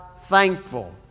thankful